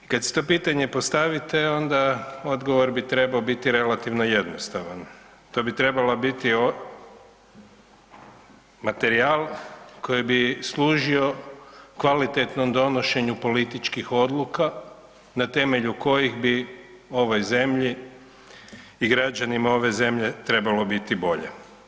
Kada si to pitanje postavite onda odgovor bi trebao biti relativno jednostavan, to bi trebalo biti materija koji bi služio kvalitetnom donošenju političkih odluka na temelju kojih bi ovoj zemlji i građanima ove zemlje trebalo biti bolje.